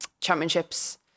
championships